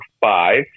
five